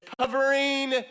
covering